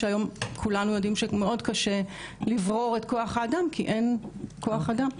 שהיום כולנו יודעים שמאוד קשה לברור את כוח האדם כי פשוט אין כוח אדם.